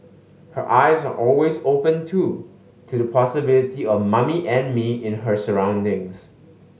her eyes are always open too to the possibility of 'Mummy and Me' in her surroundings